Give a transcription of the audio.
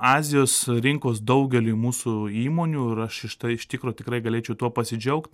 azijos rinkos daugeliui mūsų įmonių ir aš iš tai iš tikro tikrai galėčiau tuo pasidžiaugt